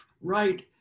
right